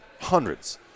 Hundreds